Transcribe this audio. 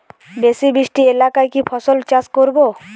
বেশি বৃষ্টি এলাকায় কি ফসল চাষ করব?